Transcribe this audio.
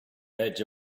edge